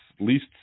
least